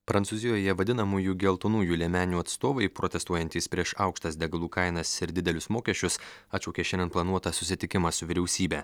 prancūzijoje vadinamųjų geltonųjų liemenių atstovai protestuojantys prieš aukštas degalų kainas ir didelius mokesčius atšaukė šiandien planuotą susitikimą su vyriausybe